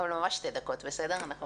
אלעד צדיקוב, שתי דקות לרשותך,